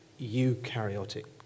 eukaryotic